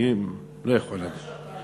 אני לא יכול להבין.